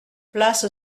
place